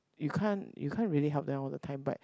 you can't you can't really help them all the time but